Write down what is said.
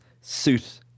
suit